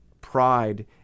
pride